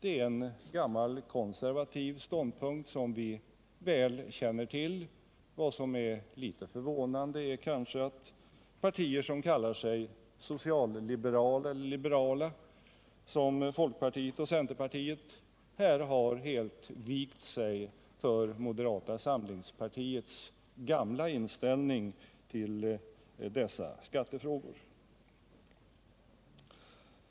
Det är en gammal konservaliv ståndpunkt som vi väl känner till. Vad som är litet förvånande är kanske att partier som kallar sig socialliberala eller liberala — som folkpartiet och centerpartiet — här helt har vikt sig för moderata samlingspartiets gamla inställning till dessa skattefrågor.